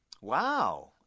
Wow